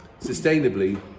sustainably